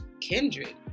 Kindred